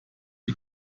wie